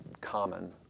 common